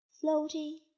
floating